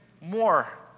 more